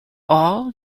all